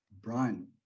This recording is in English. Brian